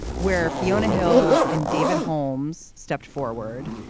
where fiona hill and david holmes stepped forward.